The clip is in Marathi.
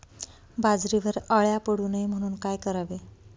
बाजरीवर अळ्या पडू नये म्हणून काय करावे?